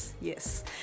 yes